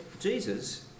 Jesus